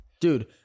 dude